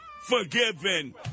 forgiven